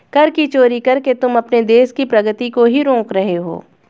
कर की चोरी करके तुम अपने देश की प्रगती को ही रोक रहे हो